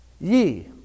Ye